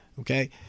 okay